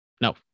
No